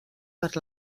per